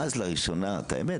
ולראשונה את האמת,